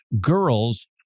girls